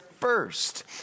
first